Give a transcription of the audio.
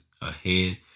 ahead